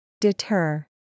Deter